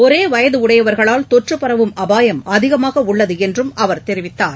ஒரே வயது உடையவர்களால் தொற்று பரவும் அபாயம் அதிகமாக உள்ளது என்றும் அவர் தெரிவித்தார்